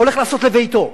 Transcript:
הולך לעשות לביתו.